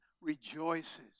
rejoices